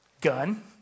gun